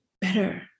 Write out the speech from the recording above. better